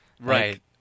Right